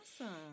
Awesome